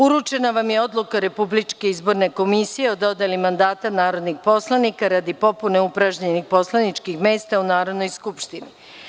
Uručena vam je Odluka Republičke izborne komisije o dodeli mandata narodnih poslanika radi popune upražnjenih poslaničkih mesta u Narodnoj skupštini.